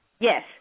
Yes